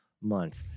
month